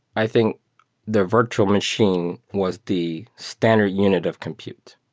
i think the virtual machine was the standard unit of compute.